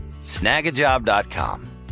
Snagajob.com